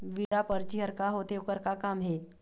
Withdraw परची हर का होते, ओकर का काम हे?